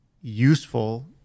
useful